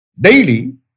Daily